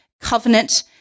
covenant